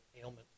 ailment